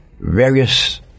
various